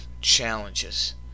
challenges